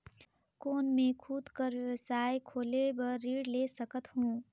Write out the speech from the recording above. कौन मैं खुद कर व्यवसाय खोले बर ऋण ले सकत हो?